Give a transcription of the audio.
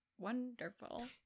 wonderful